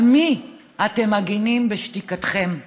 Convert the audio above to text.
על מי אתם מגינים בשתיקתכם?